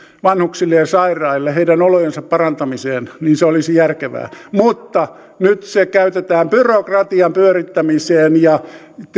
vanhuksille ja sairaille heidän olojensa parantamiseen niin se olisi järkevää mutta nyt se käytetään byrokratian pyörittämiseen ja